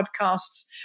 podcasts